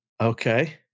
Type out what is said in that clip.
Okay